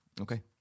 Okay